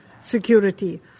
security